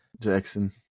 Jackson